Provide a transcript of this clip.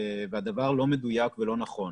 והדבר לא מדויק ולא נכון.